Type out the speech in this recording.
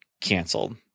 canceled